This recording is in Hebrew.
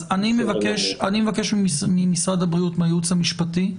אני מבקש ממשרד הבריאות, מהייעוץ המשפטי,